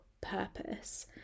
purpose